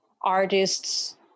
artists